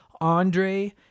Andre